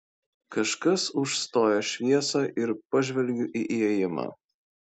kažkas užstoja šviesą ir pažvelgiu į įėjimą